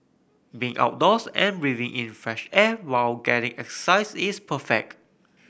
being outdoors and breathing in fresh air while getting exercise is perfect